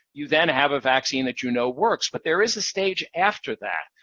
you then have a vaccine that you know works. but there is a stage after that,